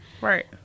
Right